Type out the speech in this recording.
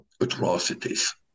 atrocities